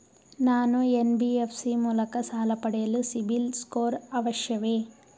ನಾನು ಎನ್.ಬಿ.ಎಫ್.ಸಿ ಮೂಲಕ ಸಾಲ ಪಡೆಯಲು ಸಿಬಿಲ್ ಸ್ಕೋರ್ ಅವಶ್ಯವೇ?